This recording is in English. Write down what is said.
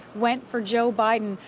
went for joe biden.